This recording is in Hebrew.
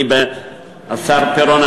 השר פירון,